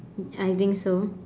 I think so